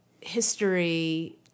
history